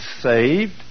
saved